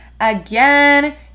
again